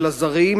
של הזרים,